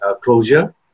closure